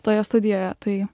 toje studijoje tai